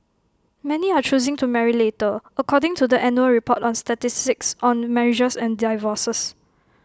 many are choosing to marry later according to the annual report on statistics on marriages and divorces